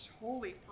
holy